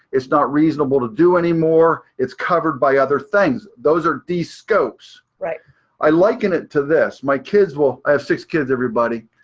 it's not reasonable to do anymore. it's covered by other things. those are descopes. i liken it to this, my kids will. i have six kids, everybody.